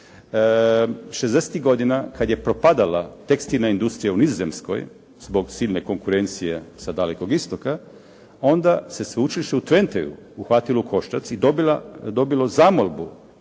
godina kad je propadala tekstilna industrija u Nizozemskoj zbog silne konkurencije sa Dalekog Istoka, onda se sveučilište u Twenteu uhvatilo u koštac i dobilo zamolbu